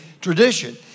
tradition